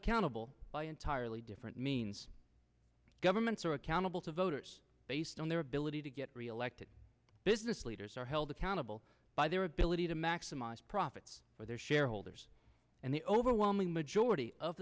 accountable by entirely different means governments are accountable to voters based on their ability to get reelected business leaders are held accountable by their ability to maximize profits for their shareholders and the overwhelming majority of